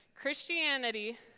Christianity